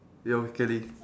yo kelly